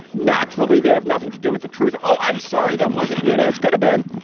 naturally, they have nothing to do with the truth. oh, i'm sorry, that wasn't nunez. good. ben.